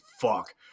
fuck